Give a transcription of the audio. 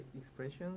expression